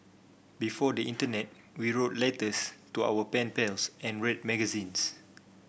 before the internet we wrote letters to our pen pals and read magazines